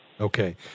Okay